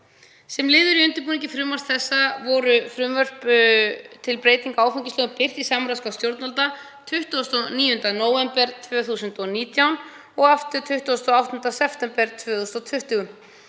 Sem liður í undirbúningi frumvarpsins voru frumvörp til breytinga á áfengislögum birt í samráðsgátt stjórnvalda 29. nóvember 2019 og aftur 28. september 2020.